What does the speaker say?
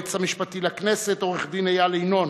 היועץ המשפטי לכנסת עורך-דין איל ינון,